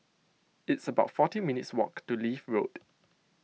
it's about forty minutes walk to Leith Road